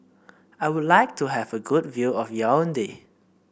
I would like to have a good view of Yaounde